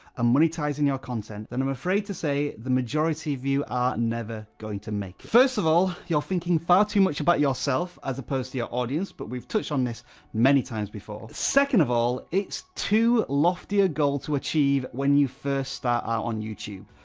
and monetizing your content, then i'm afraid to say, the majority of you are never going to make it. first of all, you're thinking far too much about yourself, as opposed to your audience, but we've touched on this many times before. second of all, it's too lofty a goal to achieve, when you first start out on youtube.